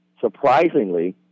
surprisingly